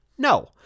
No